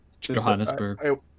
Johannesburg